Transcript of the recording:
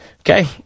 Okay